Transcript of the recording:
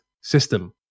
system